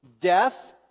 Death